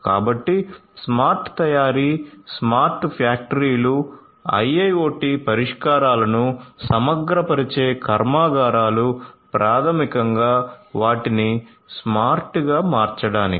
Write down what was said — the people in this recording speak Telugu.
కాబట్టి స్మార్ట్ తయారీ స్మార్ట్ ఫ్యాక్టరీలు IIoT పరిష్కారాలను సమగ్రపరిచే కర్మాగారాలు ప్రాథమికంగా వాటిని స్మార్ట్గా మార్చడానికి